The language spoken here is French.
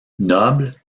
noble